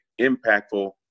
impactful